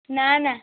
ନା ନା